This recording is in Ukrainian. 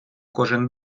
кожен